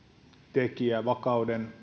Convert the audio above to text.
tekijä vakauden